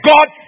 God